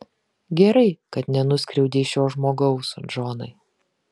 gerai kad nenuskriaudei šio žmogaus džonai